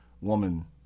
woman